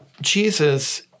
Jesus